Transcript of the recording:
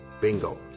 bingo